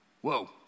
Whoa